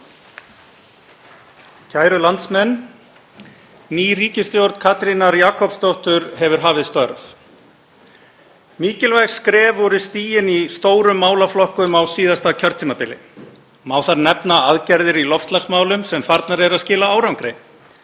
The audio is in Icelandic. Kæru landsmenn. Ný ríkisstjórn Katrínar Jakobsdóttur hefur hafið störf. Mikilvæg skref voru stigin í stórum málaflokkum á síðasta kjörtímabili. Má þar nefna aðgerðir í loftslagsmálum sem farnar eru að skila árangri,